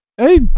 Hey